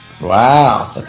Wow